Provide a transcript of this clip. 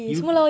you